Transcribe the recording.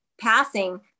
passing